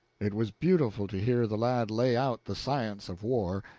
it was beautiful to hear the lad lay out the science of war,